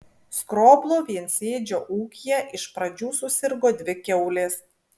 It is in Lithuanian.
skroblo viensėdžio ūkyje iš pradžių susirgo dvi kiaulės